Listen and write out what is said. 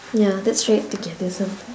ya let's try it together some time